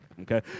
Okay